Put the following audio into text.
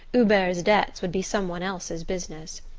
hubert's debts would be some one else's business.